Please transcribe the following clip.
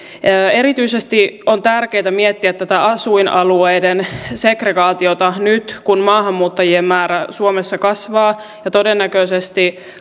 erityisesti on tärkeää miettiä tätä asuinalueiden segregaatiota nyt kun maahanmuuttajien määrä suomessa kasvaa ja todennäköisesti